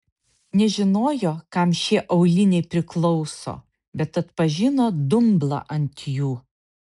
nežinojo kam šie auliniai priklauso bet atpažino dumblą ant jų